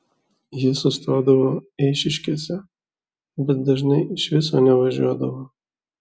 jis sustodavo eišiškėse bet dažnai iš viso nevažiuodavo